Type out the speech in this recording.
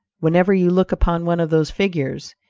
whenever you look upon one of those figures,